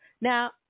Now